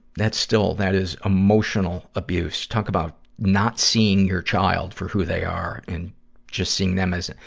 that still, that is emotional abuse. talk about not seeing your child for who they are and just seeing them as a,